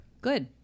Good